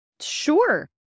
Sure